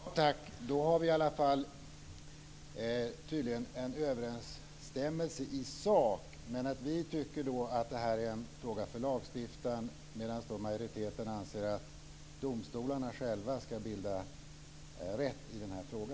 Herr talman! Då har vi tydligen en överensstämmelse i sak. Men vi tycker att detta är en fråga för lagstiftaren, medan majoriteten anser att domstolarna själva skall bilda rätt i denna fråga.